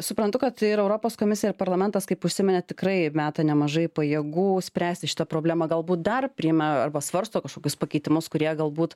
suprantu kad ir europos komisija ir parlamentas kaip užsiminėt tikrai meta nemažai pajėgų spręsti šitą problemą galbūt dar priima arba svarsto kažkokius pakeitimus kurie galbūt